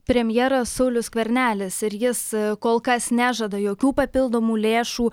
premjeras saulius skvernelis ir jis kol kas nežada jokių papildomų lėšų